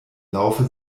laufe